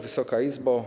Wysoka Izbo!